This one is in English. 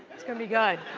it's gonna be good.